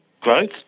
growth